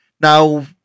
Now